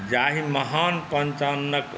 जाहि महान पञ्चाननक